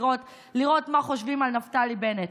הבחירות לראות מה חושבים על נפתלי בנט?